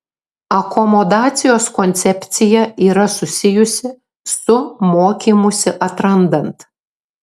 akomodacijos koncepcija yra susijusi su mokymusi atrandant